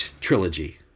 trilogy